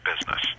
business